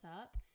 up